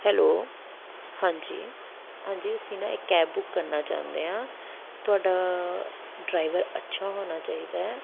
hello ਹਾਂਜੀ ਹਾਂਜੀ ਅਸੀਂ ਨਾ ਇੱਕ ਕੈਬ ਬੁੱਕ ਕਰਨਾ ਚਾਹੁੰਦੇ ਹਾਂ ਤੁਹਾਡਾ ਡਰਾਇਵਰ ਅੱਛਾ ਹੋਣਾ ਚਾਹੀਦਾ ਹੈ